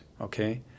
okay